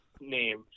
Name